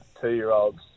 two-year-olds